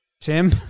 Tim